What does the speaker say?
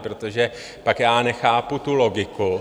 Protože pak já nechápu tu logiku.